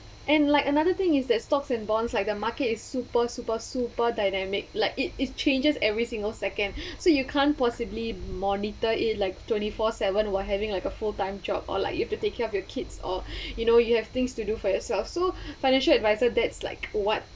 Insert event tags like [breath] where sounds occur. and like another thing is that stocks and bonds like the market is super super super dynamic like it it changes every single second [breath] so you can't possibly monitor it like twenty four seven while having like a full time job or like you have to take care of your kids or [breath] you know you have things to do for yourself so financial advisor that's like what